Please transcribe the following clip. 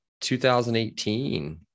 2018